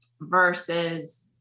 versus